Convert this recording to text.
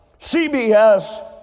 CBS